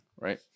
right